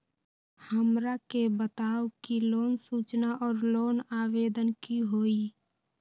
हमरा के बताव कि लोन सूचना और लोन आवेदन की होई?